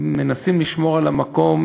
הם מנסים לשמור על המקום,